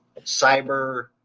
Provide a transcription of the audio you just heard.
cyber